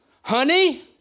Honey